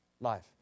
life